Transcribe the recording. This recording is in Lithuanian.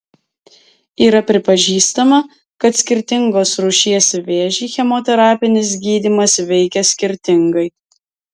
yra pripažįstama kad skirtingos rūšies vėžį chemoterapinis gydymas veikia skirtingai